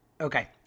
Okay